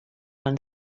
man